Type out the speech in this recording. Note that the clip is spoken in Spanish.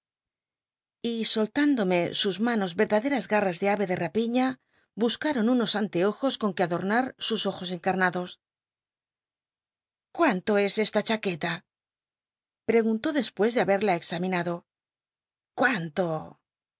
y solt ándome sus manos verdaderas garras ele ae de rapiña buscaron unos anteojos con que adornar sus ojos encarnados cuünto es esta chaqueta preguntó despues de haberja examinado cmínto